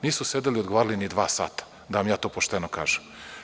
Nisu sedeli i odgovarali ni dva sata, da vam ja to pošteno kažem.